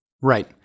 Right